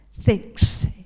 thinks